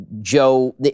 Joe